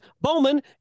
Bowman